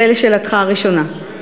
זה לשאלתך הראשונה.